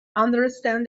understand